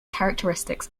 characteristics